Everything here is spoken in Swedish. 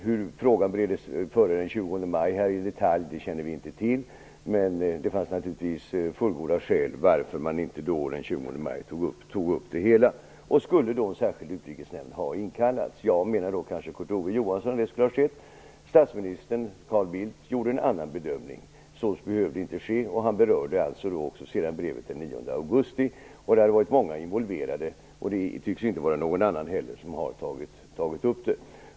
Hur frågan i detalj bereddes före den 20 maj känner vi inte till, men det fanns naturligtvis fullgoda skäl till att man inte tog upp detta den 20 Skulle då Utrikesnämnden särskilt ha inkallats? Kanske menar Kurt Ove Johansson att så skulle ha skett. Statsministern Carl Bildt gjorde en annan bedömning. Så skulle inte behöva ske. Han berörde sedan brevet den 9 augusti. Det hade varit många involverade, och inte heller någon annan tycks ha tagit upp det.